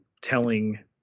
telling